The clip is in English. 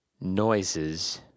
noises